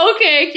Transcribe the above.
Okay